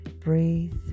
breathe